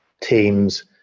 Teams